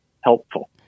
helpful